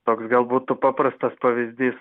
toks gal būtų paprastas pavyzdys